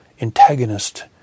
antagonist